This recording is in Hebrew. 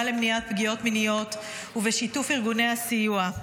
למניעת פגיעות מיניות ובשיתוף ארגוני הסיוע.